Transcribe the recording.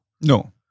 No